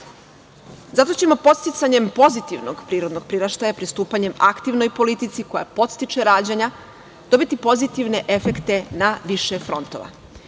ćemo podsticanjem pozitivnog prirodnog priraštaja, pristupanje aktivnoj politici koja podstiče rađanja, dobiti pozitivne efekte na više frontova.